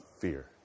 fear